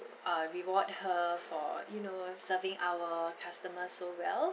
uh reward her for you know serving our customer so well